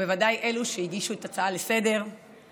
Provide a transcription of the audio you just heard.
בוודאי אלו שהגישו את ההצעה לסדר-היום,